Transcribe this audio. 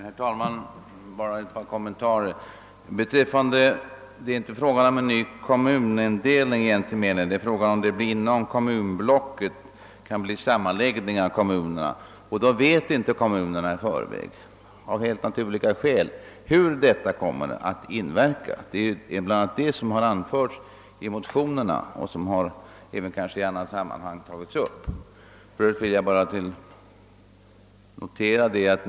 Herr talman! Bara några kommentarer. Det är inte fråga om någon ny kommunindelning i egentlig mening. Frågan gäller om det inom kommunblocket kan bli en sammanläggning av kommuner. Av helt naturliga skäl vet kommunerna i förväg inte hur detta kommer att inverka. Det är bl.a. detta som anförts i motionerna; kanske har det även tagits upp i annat sammanhang.